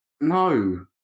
No